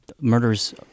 murders